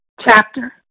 chapter